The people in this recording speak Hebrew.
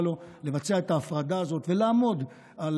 לו לבצע את ההפרדה הזאת ולעמוד על